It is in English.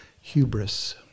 hubris